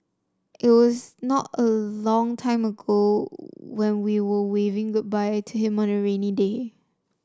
it was not a long ago when we were waving goodbye to him on a rainy day